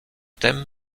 thème